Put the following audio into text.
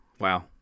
wow